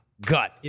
gut